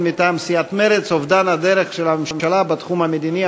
מטעם סיעת מרצ: אובדן הדרך של הממשלה בתחום המדיני,